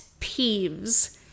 peeves